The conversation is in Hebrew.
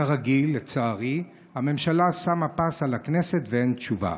כרגיל, לצערי, הממשלה שמה פס על הכנסת ואין תשובה.